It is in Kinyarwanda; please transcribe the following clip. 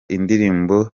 indirimbo